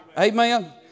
Amen